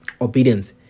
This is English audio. obedience